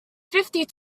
fifty